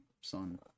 son